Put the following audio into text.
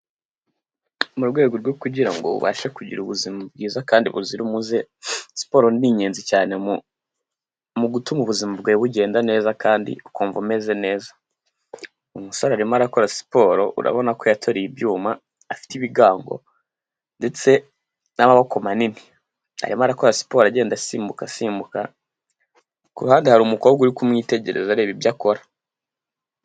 Mu rwego rwo kugira ngo ubashe kugira ubuzima bwiza kandi buzira umuze, siporo ni ingenzi cyane mu gutuma ubuzima bwawe bugenda neza kandi ukumva umeze neza. Umusore arimo arakora siporo urabona ko yateruye ibyuma afite ibigango, ndetse n'amaboko manini, arimo arakora siporo agenda asimbuka asimbuka. Kuruhande hari umukobwa uri kumwitegereza areba ibyo akora.